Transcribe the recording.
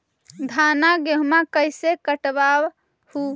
धाना, गेहुमा कैसे कटबा हू?